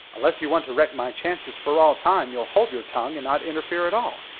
unless you want to wreck my chances for all time, you'll hold your tongue, and not interfere at all.